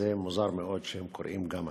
ומוזר מאוד שהם קורים גם היום.